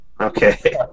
Okay